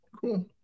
cool